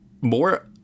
more